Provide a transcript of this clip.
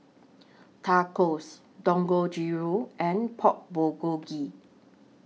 Tacos Dangojiru and Pork Bulgogi